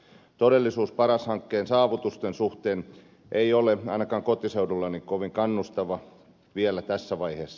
todellisuus paras hankkeen saavutusten suhteen ei ole ainakaan kotiseudullani kovin kannustava vielä tässä vaiheessa